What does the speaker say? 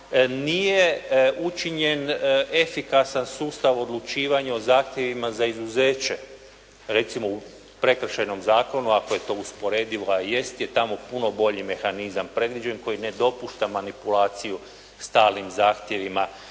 nije učinjen efikasan sustav odlučivanja o zahtjevima o izuzeće, recimo u prekršajnom zakonom, ako je to usporedivo, a jest, je tamo puno bolji mehanizam predviđen koji ne dopušta manipulaciju stalnim zahtjevima